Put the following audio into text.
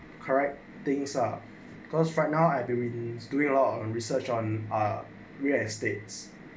correct things ah cause right now everybody's doing long and research on ah real estates